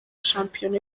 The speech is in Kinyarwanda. shampiyona